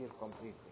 completely